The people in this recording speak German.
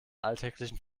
alltäglichen